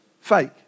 fake